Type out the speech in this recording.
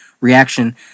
reaction